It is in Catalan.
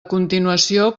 continuació